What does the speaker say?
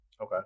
Okay